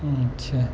ہوں اچھا جی